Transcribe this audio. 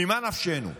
ממה נפשנו?